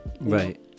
Right